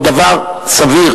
זה עוד דבר סביר,